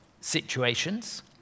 situations